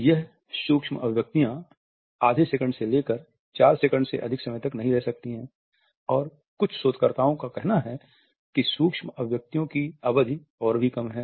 यह सूक्ष्म अभिव्यक्तियां 05 सेकंड से लेकर 4 सेकंड से अधिक समय तक नहीं रहती हैं और कुछ शोधकर्ताओं का कहना है कि सूक्ष्म अभिव्यक्तियों की अवधि और भी कम है